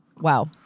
wow